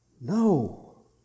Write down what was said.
No